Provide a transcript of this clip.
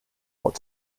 what